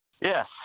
Yes